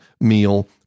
meal